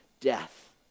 death